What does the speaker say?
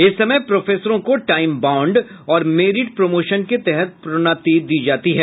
इस समय प्रोफेसरों को टाइम बॉण्ड और मेरिट प्रोमोशन के तहत प्रोन्नति दी है